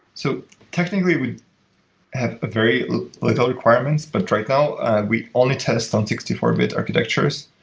so technically, we have a very little requirements, but right now we only test on sixty four bit architectures.